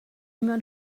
mewn